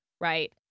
right